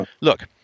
Look